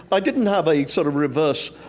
i didn't have a sort of reverse,